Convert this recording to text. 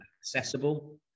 accessible